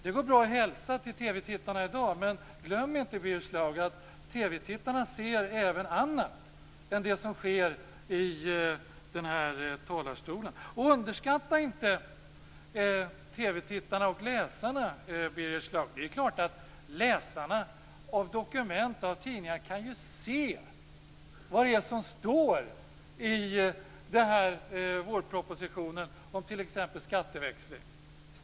Det går bra att hälsa till TV-tittarna i dag, men glöm inte, Birger Schlaug, att TV-tittarna ser även annat än det som sker i den här talarstolen. Underskatta inte TV-tittarna och läsarna, Birger Schlaug! Det är klart att läsarna av dokument och av tidningar kan se vad det är som står i vårpropositionen om t.ex. skatteväxling.